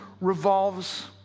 revolves